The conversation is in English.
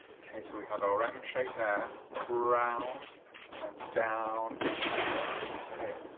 okay so we had our m shape there round and then down and up with the tail